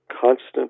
constant